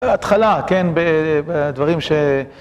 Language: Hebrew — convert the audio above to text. התחלה, כן, בדברים ש...